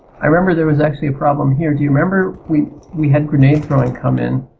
i remember there was actually problem here. do you remember we we had grenade throwing come in.